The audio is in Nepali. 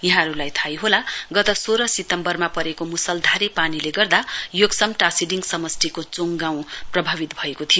यहाँहरूलाई थाहै होला गत सोह्रो सितम्बरमा परेको मुसलधारे पानीले गर्दा योक्सम टाशीडिङ समष्टिको चोङ गाउँ प्रभावित भएको थियो